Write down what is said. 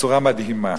בצורה מדהימה.